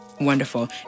Wonderful